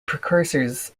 precursors